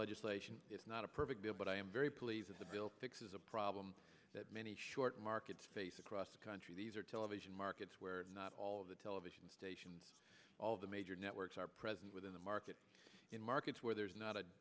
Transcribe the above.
legislation it's not a perfect bill but i am very pleased that the bill fixes a problem that many short markets face across the country these are television markets where not all of the television stations all of the major networks are present within the market in markets where there is not a